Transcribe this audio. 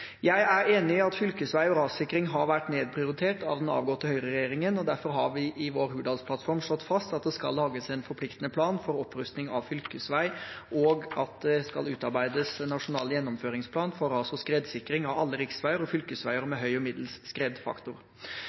Jeg er enig i at fylkesvei og rassikring har vært nedprioritert av den avgåtte høyreregjeringen. Derfor har vi i Hurdalsplattformen slått fast at det skal lages en forpliktende plan for opprustning av fylkesvei, og at det skal utarbeides en nasjonal gjennomføringsplan for ras- og skredsikring av alle riksveier og fylkesveier med høy og middels